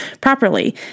properly